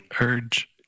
urge